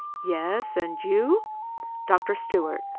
yes. and you dr. stewart.